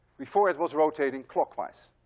before, it was rotating clockwise.